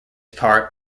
part